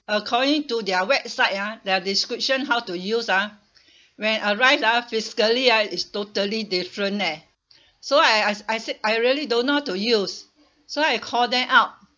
according to their website ah their description how to use ah when arrive ah physically ah is totally different eh so I I I said I really don't know how to use so I call them out